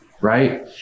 right